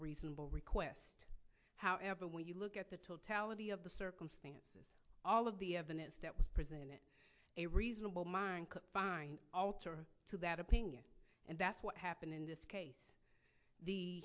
reasonable request however when you look at the totality of the circumstances all of the evidence that was presented a reasonable mind could find alter to that opinion and that's what happened in this case the